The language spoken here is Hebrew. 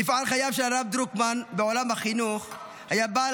מפעל חייו של הרב דרוקמן בעולם החינוך היה בעל